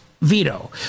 veto